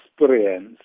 experience